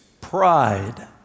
pride